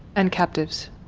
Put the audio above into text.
and captives.